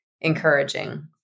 encouraging